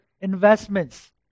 investments